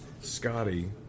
Scotty